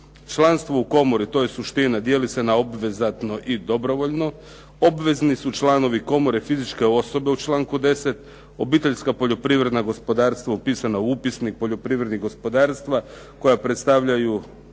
Članstvo u komori, to je suština, dijeli se na obvezatno i dobrovoljno. Obvezni su članovi komore fizičke osobe u članku 10., obiteljska poljoprivredna gospodarstva upisana u Upisnik poljoprivrednih gospodarstava koja predstavljaju